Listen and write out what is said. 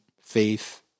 faith